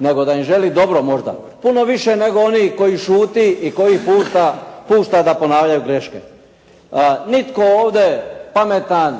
nego da im želi dobro možda. Puno više nego oni koji šuti i koji pušta da ponavljaju greške. Nitko ovdje pametan